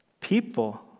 people